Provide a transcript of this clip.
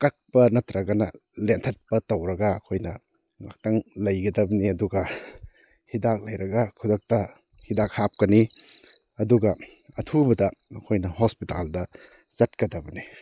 ꯀꯛꯄ ꯅꯠꯇ꯭ꯔꯒꯅ ꯂꯦꯟꯊꯠꯄ ꯇꯧꯔꯒ ꯑꯩꯈꯣꯏꯅ ꯉꯥꯛꯇꯪ ꯂꯩꯒꯗꯝꯅꯤ ꯑꯗꯨꯒ ꯍꯤꯗꯥꯛ ꯂꯩꯔꯒ ꯈꯨꯗꯛꯇ ꯍꯤꯗꯥꯛ ꯍꯥꯞꯀꯅꯤ ꯑꯗꯨꯒ ꯑꯊꯨꯕꯗ ꯑꯩꯈꯣꯏꯅ ꯍꯣꯁꯄꯤꯇꯥꯜꯗ ꯆꯠꯀꯗꯕꯅꯤ